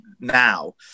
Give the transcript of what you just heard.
now